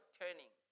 turning